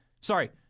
Sorry